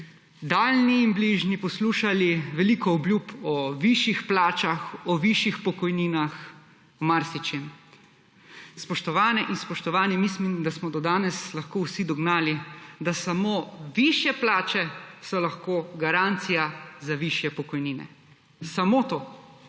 daljni in bližnji, poslušali veliko obljub o višjih plačah, o višjih pokojninah, o marsičem. Spoštovane in spoštovani, mislim, da smo do danes lahko vsi dognali, da samo višje plače so lahko garancija za višje pokojnine. Samo to.